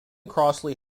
crossley